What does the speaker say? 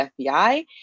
FBI